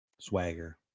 Swagger